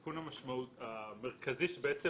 ועדת ההסעות.